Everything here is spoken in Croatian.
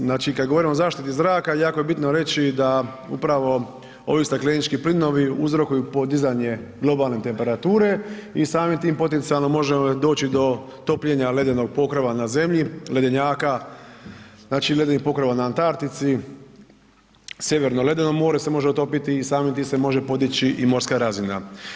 Znači kad govorimo o zaštiti zraka, jako je bitno reći da upravo ovi staklenički plinovi uzrokuju podizanje globalne temperature i samim time poticajno možemo doći do topljenja ledenog pokrova na Zemlji, ledenjaka, znači ledenih pokrova na Antartici, Sjeverno ledeno more se može otopiti i samim tim se može podići i morska razina.